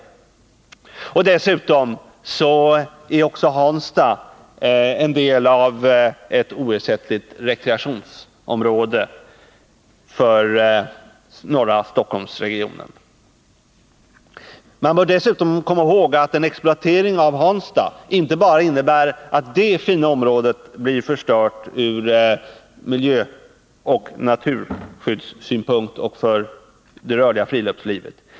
Dessutom är också Hansta en del av ett oersättligt rekreationsområde för norra Stockholmsregionen. Man bör vidare komma ihåg att en exploatering av Hansta inte bara innebär att detta fina område blir förstört med tanke på miljön och naturskyddet samt det rörliga friluftslivet.